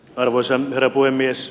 arvoisa herra puhemies